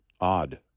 odd